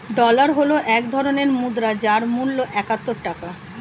dollar হল এক ধরনের মুদ্রা যার মূল্য একাত্তর টাকা